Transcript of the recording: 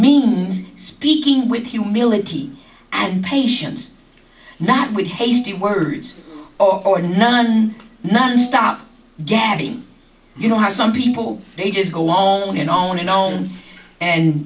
means speaking with humility and patients that would hasty words or none none stop gabbing you know how some people they just go on and on and on and